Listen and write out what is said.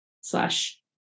slash